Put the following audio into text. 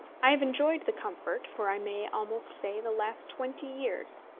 i have enjoyed the comfort for i may almost say the last twenty years,